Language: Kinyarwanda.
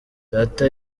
data